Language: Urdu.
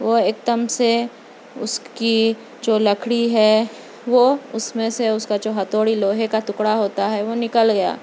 وہ ایک دم سے اُس کی جو لکڑی ہے وہ اُس میں سے اُس کا جو ہتھوڑی لوہے کا ٹکڑا ہوتا ہے وہ نکل گیا